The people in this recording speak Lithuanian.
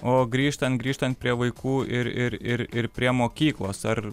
o grįžtant grįžtant prie vaikų ir ir ir ir prie mokyklos ar